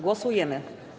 Głosujemy.